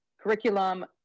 curriculum